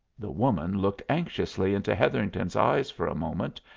the woman looked anxiously into hetherington's eyes for a moment,